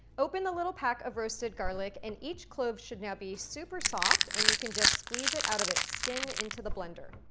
open the little pack of roasted garlic and each clove should now be super soft and you can just squeeze it out of its skin into the blender